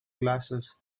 glasses